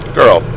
girl